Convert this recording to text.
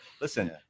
Listen